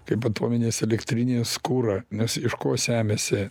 kaip atominės elektrinės kurą nes iš ko semiasi